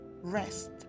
rest